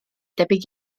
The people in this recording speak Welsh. debyg